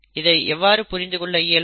இதை எவ்வாறு புரிந்து கொள்ள இயலும்